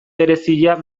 berezia